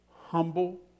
humble